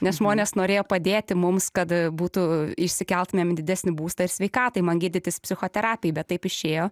nes žmonės norėjo padėti mums kad būtų išsikeltumėm į didesnį būstą ir sveikatai man gydytis psichoterapijai bet taip išėjo